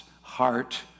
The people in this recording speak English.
heart